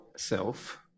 Self